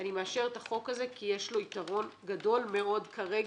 אני מאשרת את החוק הזה כי יש לו יתרון גדול מאוד כרגע,